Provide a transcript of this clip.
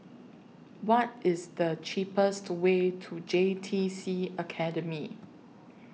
What IS The cheapest Way to J T C Academy